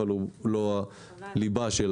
אבל הוא לא הליבה של